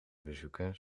bezoeken